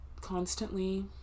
constantly